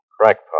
Crackpot